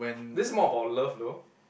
this is more about love though